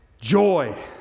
joy